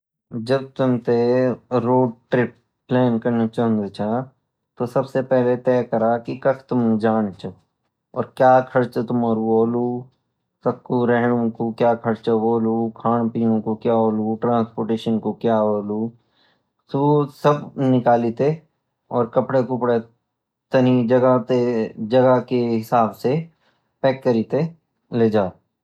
जब तुम ते रोड ट्रिप प्लान करनई चंदा च तो सब सोइ पहले तेय करा की कख तुम जणूछे और क्या खर्चा तुम्हारा होलु ताखकु रहेनू को क्या खर्चा होलु खानु पेनपेनु को क्या होलु ट्रांसपोर्टेशन का क्या होलु सु सब निकली ते और कपडा कुपड़ा से जगह के हिसाब साई पैक करिते लेजा